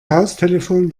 haustelefon